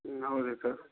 ಹ್ಞೂ ಹೌದುರೀ ಸರ್